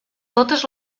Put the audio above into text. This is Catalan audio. totes